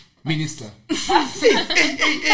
Minister